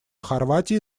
хорватии